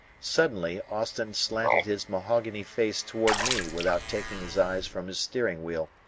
suddenly austin slanted his mahogany face toward me without taking his eyes from his steering-wheel.